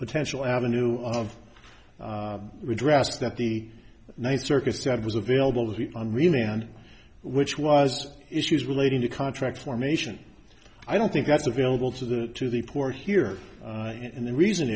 potential avenue of redress that the ninth circuit said was available on really and which was issues relating to contract formation i don't think that's available to the to the poor here and the reason